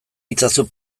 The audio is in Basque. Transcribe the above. itzazu